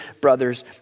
brothers